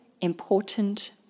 important